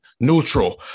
neutral